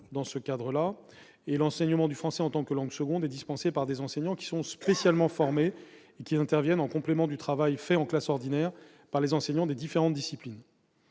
fondamental et l'enseignement du français en tant que langue seconde est dispensé par des enseignants spécialement formés, qui interviennent en complément du travail fait en classe ordinaire par les enseignants des différentes disciplines.